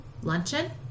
Luncheon